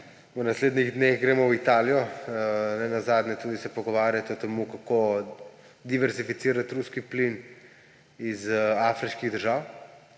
v naslednjih dneh gremo v Italijo, nenazadnje se tudi pogovarjati o temu, kako diverzivicirati ruski plin iz afriških držav.